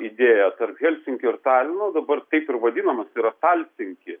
idėja tarp helsinkio ir talino dabar taip ir vadinamas talsinki